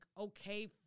okay